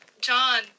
john